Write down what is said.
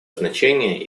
значение